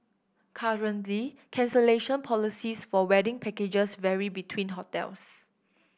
currently cancellation policies for wedding packages vary between hotels